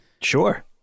sure